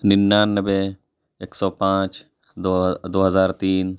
ننانوے ایک سو پانچ دو دو ہزار تین